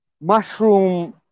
mushroom